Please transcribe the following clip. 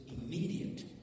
immediate